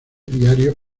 diario